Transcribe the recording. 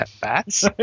Bats